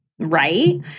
right